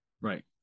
Right